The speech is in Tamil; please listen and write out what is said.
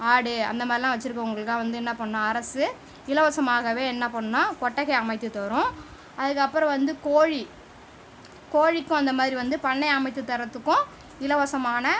ஆடு அந்தமாதிரிலாம் வச்சுருக்கிறவங்களுக்குலாம் வந்து என்ன பண்ணும் அரசு இலவசமாகவே என்ன பண்ணுன்னா கொட்டகை அமைத்துத் தரும் அதற்கப்பறம் வந்து கோழி கோழிக்கும் அந்தமாதிரி வந்து பண்ணை அமைத்து தரத்துக்கும் இலவசமான